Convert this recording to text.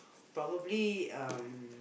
probably uh